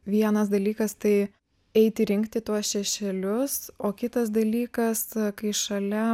vienas dalykas tai eiti rinkti tuos šešėlius o kitas dalykas kai šalia